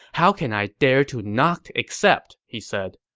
how can i dare to not accept? he said.